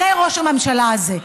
אחרי ראש הממשלה הזה,